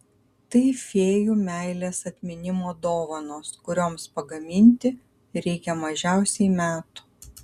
tai fėjų meilės atminimo dovanos kurioms pagaminti reikia mažiausiai metų